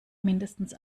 mindestens